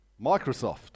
Microsoft